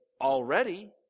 already